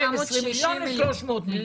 960 מיליון.